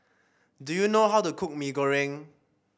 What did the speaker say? do you know how to cook Mee Goreng